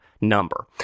number